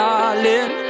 Darling